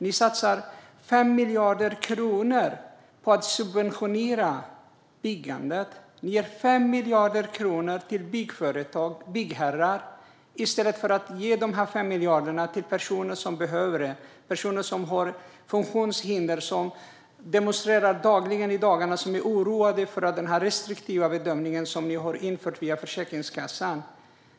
Ni satsar 5 miljarder kronor på att subventionera byggandet. Ni ger 5 miljarder kronor till byggherrar i stället för att ge pengarna till personer som behöver dem - personer med funktionshinder, som dagligen demonstrerar och är oroliga för den restriktiva bedömning ni har infört i Försäkringskassan.